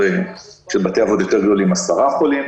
בבתי אבות גדולים יותר עשרה חולים,